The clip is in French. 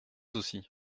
aussi